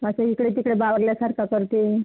असा इकडे तिकडे बावरल्यासारखं करते